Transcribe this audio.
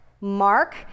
Mark